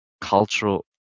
cultural